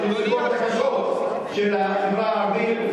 של החברה הערבית,